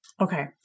Okay